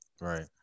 Right